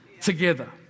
together